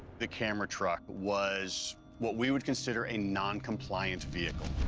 the camera truck was what we would consider a non-compliant vehicle.